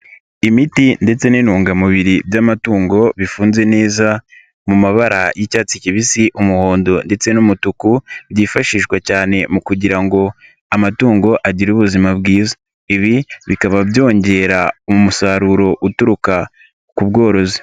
Imiti ndetse n'intungamubiri by'amatungo bifunze neza, mu mabara y'icyatsi kibisi, umuhondo ndetse n'umutuku byifashishwa cyane mu kugira ngo amatungo agire ubuzima bwiza, ibi bikaba byongera umusaruro uturuka ku bworozi.